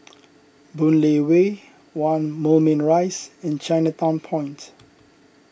Boon Lay Way one Moulmein Rise and Chinatown Point